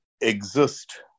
exist